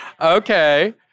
Okay